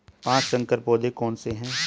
पाँच संकर पौधे कौन से हैं?